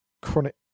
chronic